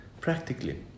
practically